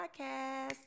podcast